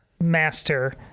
master